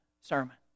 sermon